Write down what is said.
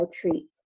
treat